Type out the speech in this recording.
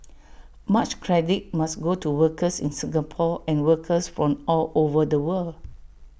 much credit must go to workers in Singapore and workers from all over the world